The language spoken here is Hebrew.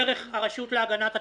דרך הרשות להגנת הצרכן,